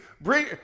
bring